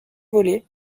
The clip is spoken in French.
volée